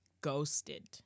ghosted